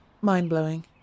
Mind-blowing